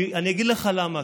אני אגיד לך למה,